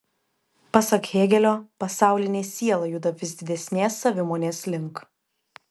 pasak hėgelio pasaulinė siela juda vis didesnės savimonės link